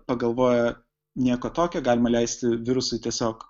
pagalvojo nieko tokio galima leisti virusui tiesiog